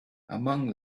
among